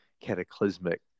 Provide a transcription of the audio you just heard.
cataclysmic